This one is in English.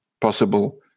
possible